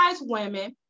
women